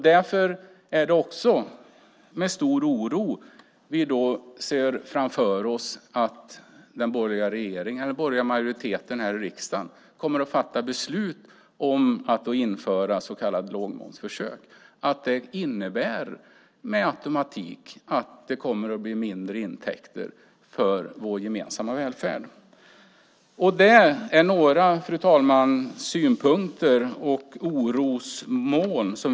Därför ser vi med stor oro på att den borgerliga majoriteten kommer att fatta beslut om att införa ett så kallat lågmomsförsök som per automatik kommer att innebära att det blir mindre intäkter till vår gemensamma välfärd. Fru talman! Detta var några av våra synpunkter och farhågor.